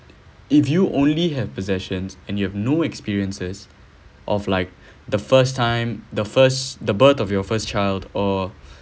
if you only have possessions and you have no experiences of like the first time the first the birth of your first child or